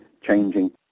changing